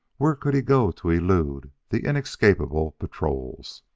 where could he go to elude the inescapable patrols?